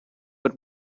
but